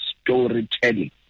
storytelling